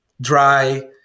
dry